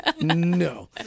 no